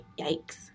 Yikes